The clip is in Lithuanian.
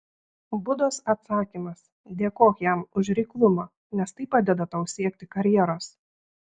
budos atsakymas dėkok jam už reiklumą nes tai padeda tau siekti karjeros